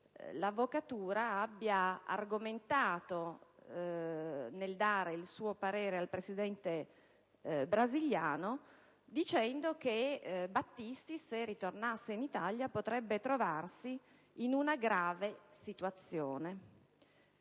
l'Avvocatura ha argomentato il suo parere al Presidente brasiliano sostenendo che, se Battisti ritornasse in Italia, potrebbe trovarsi in una grave situazione.